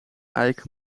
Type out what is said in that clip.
eik